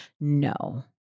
No